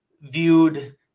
viewed